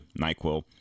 NyQuil